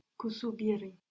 Kusubiri